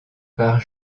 par